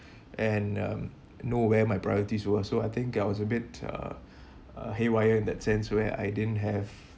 and um know where my priorities were so I think I was a bit uh uh haywire in that sense where I didn't have